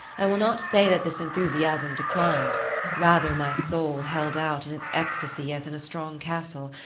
i will not say that this enthusiasm declined rather my soul held out in its ecstasy as in a strong castle,